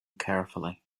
carefully